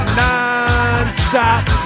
non-stop